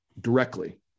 directly